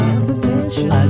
invitation